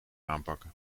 aanpakken